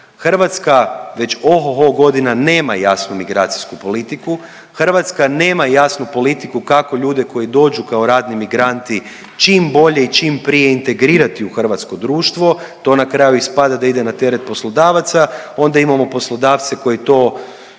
Hrvatska već ohoho godina nema jasnu migracijsku politiku, Hrvatska nema jasnu politiku kako ljude koji dođu kao radni migranti čim bolje i čim prije integrirati u hrvatsko društvo. To na kraju ispada da ide na teret poslodavaca, onda imamo poslodavce koji to iz naravno